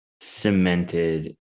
cemented